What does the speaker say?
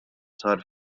sar